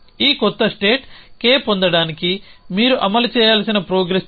ఈ కొత్త state K పొందడానికి మీరు అమలు చేయాల్సిన ప్రోగ్రెస్ చర్య